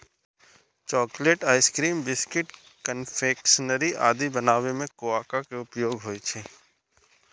chocolate, ice cream, biscuit, confectionery आदि बनाबै मे कोकोआ के उपयोग होइ छै